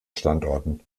standorten